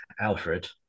Alfred